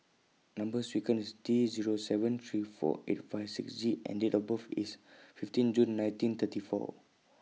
Number sequence IS T Zero seven three four eight five six Z and Date of birth IS fifteen June nineteen thirty four